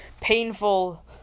painful